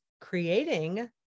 creating